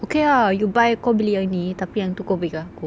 okay ah you buy kau beli yang ni tapi yang tu kau bagi kat aku